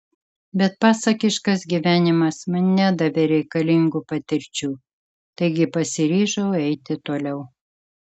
bet pasakiškas gyvenimas man nedavė reikalingų patirčių taigi pasiryžau eiti toliau